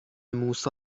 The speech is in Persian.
موسی